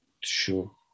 Sure